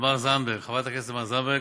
לחברת הכנסת תמר זנדברג,